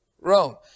Rome